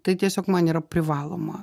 tai tiesiog man yra privaloma